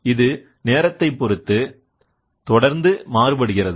இது நேரத்தை பொறுத்து தொடர்ந்து மாறுபடுகிறது